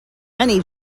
many